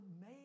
made